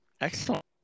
excellent